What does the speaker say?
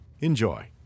Enjoy